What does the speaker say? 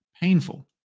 painful